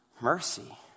mercy